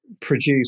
produce